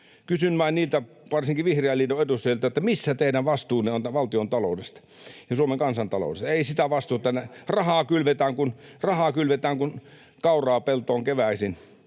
Kysyn vain varsinkin Vihreän liiton edustajilta: missä teidän vastuunne on valtiontaloudesta ja Suomen kansantaloudesta? Ei sitä vastuuta... Rahaa kylvetään kuin kauraa peltoon keväisin.